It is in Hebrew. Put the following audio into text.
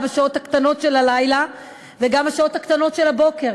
שליוויתם את הוועדה בשעות הקטנות של הלילה וגם בשעות הקטנות של הבוקר.